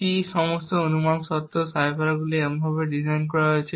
এই সমস্ত অনুমান সত্ত্বেও সাইফারগুলি এমনভাবে ডিজাইন করা হয়েছে